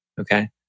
Okay